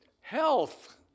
health